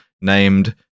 named